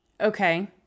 Okay